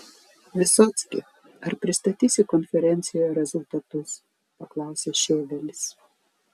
vysocki ar pristatysi konferencijoje rezultatus paklausė šėvelis